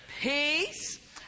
peace